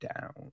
down